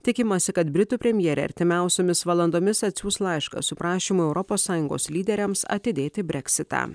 tikimasi kad britų premjerė artimiausiomis valandomis atsiųs laišką su prašymu europos sąjungos lyderiams atidėti breksitą